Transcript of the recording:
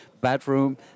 bathroom